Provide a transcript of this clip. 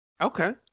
Okay